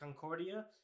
Concordia